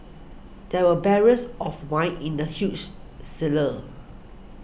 there were barrels of wine in the huge cellar